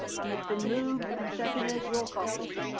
um it's been moved and seconded roll call, please.